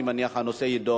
שם, אני מניח, הנושא יידון.